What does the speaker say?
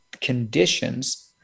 conditions